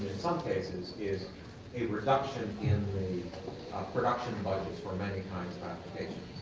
some cases is a reduction in the production budgets for many kinds of applications.